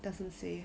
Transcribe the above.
doesn't say